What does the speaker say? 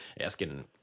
asking